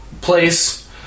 place